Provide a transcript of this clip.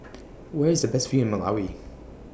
Where IS The Best View in Malawi